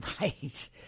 Right